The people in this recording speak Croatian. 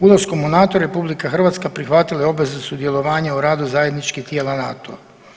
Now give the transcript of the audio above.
Ulaskom u NATO RH prihvatila je obvezu sudjelovanja u radu zajedničkih tijela NATO-a.